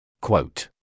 Quote